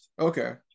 Okay